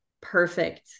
perfect